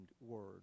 word